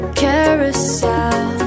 carousel